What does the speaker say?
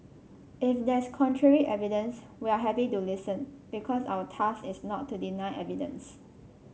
if there's contrary evidence we are happy to listen because our task is not to deny evidence